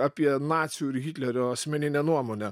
apie nacių ir hitlerio asmeninę nuomonę